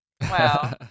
Wow